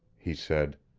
he said.